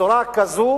בצורה כזאת